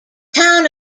town